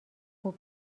خوب